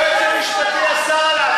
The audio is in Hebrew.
היועץ המשפטי אסר עליו.